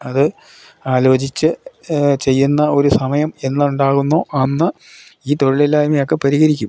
അത് ആലോചിച്ച് ചെയ്യുന്ന ഒരു സമയം എന്നുണ്ടാകുന്നോ അന്ന് ഈ തൊഴിലില്ലായ്മയൊക്കെ പരിഹരിക്കും